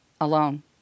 alone